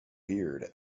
beard